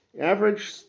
average